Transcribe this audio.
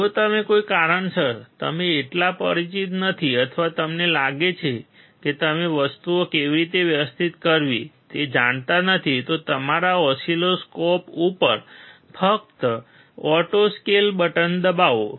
જો કોઈ કારણસર તમે એટલા પરિચિત નથી અથવા તમને લાગે છે કે તમે વસ્તુઓને કેવી રીતે વ્યવસ્થિત કરવી તે જાણતા નથી જો તમારા ઓસિલોસ્કોપ ઉપર ફક્ત ઓટો સ્કેલ બટન દબાવો